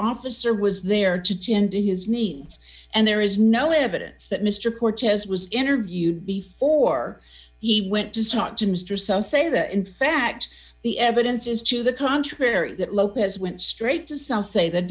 officer was there to tend to his needs and there is no evidence that mr cortez was interviewed before he went to talk to mr so say that in fact the evidence is to the contrary that lopez went straight to south say th